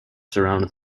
surround